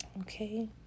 Okay